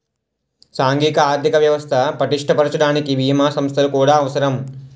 సాంఘిక ఆర్థిక వ్యవస్థ పటిష్ట పరచడానికి బీమా సంస్థలు కూడా అవసరం